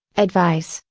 advice,